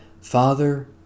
Father